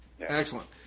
Excellent